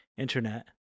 internet